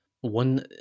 One